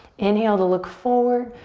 inhale to look forward,